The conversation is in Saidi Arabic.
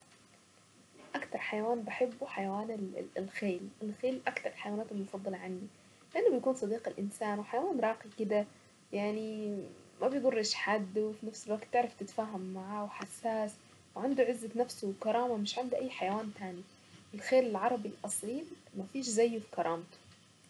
المكان اللي انا ما شوفتوش قبل البيت لكن نفسي ازوره وهو بريس بلد الموضة والجمال نفسي اروح برج ايفل واعيش الجو الرومانسي هناك وارقص تحت المطرة واشوف صيحات في الموضة واروح ديور واروح اماكن جميلة جدا.